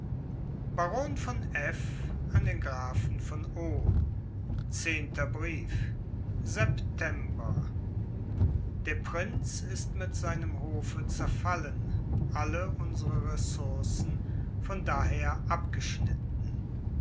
baron von f an den grafen von o zehnter brief september der prinz ist mit seinem hofe zerfallen alle unsere ressourcen von daher abgeschnitten